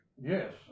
Yes